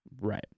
Right